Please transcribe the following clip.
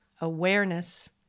Awareness